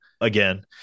again